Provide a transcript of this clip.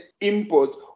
imports